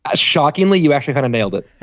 ah shockingly you actually kind of nailed it.